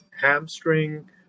hamstring